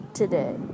today